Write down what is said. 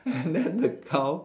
and then the cow